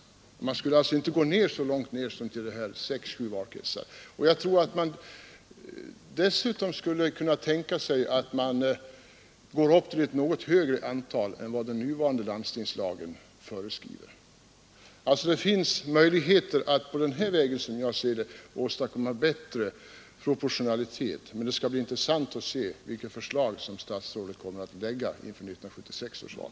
Man skall inte gå så långt ner som till sexeller sjumansvalkretsar. Dessutom tror jag att man skulle kunna överväga att gå upp till ett något högre antal än den nuvarande landstingslagen föreskriver. Som jag ser det finns det möjligheter att bl.a. på den vägen åstadkomma bättre proportionalitet. Det skall bli intressant att se vilket förslag som kommer att läggas fram inför 1976 års val.